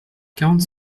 quarante